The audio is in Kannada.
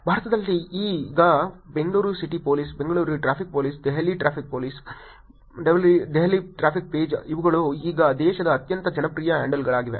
ಭಾರತದಲ್ಲಿ ಈಗ Bengaluru city police Bengaluru traffic police Delhi traffic page ಇವುಗಳು ಈಗ ದೇಶದ ಅತ್ಯಂತ ಜನಪ್ರಿಯ ಹ್ಯಾಂಡಲ್ಗಳಾಗಿವೆ